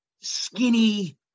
skinny